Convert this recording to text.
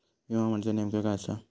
विमा म्हणजे नेमक्या काय आसा?